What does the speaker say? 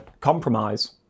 compromise